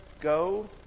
Go